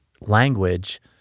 language